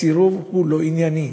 הסירוב הוא לא ענייני.